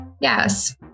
Yes